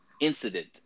incident